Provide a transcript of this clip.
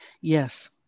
Yes